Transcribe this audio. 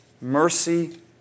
Mercy